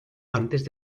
antes